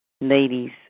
ladies